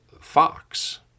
Fox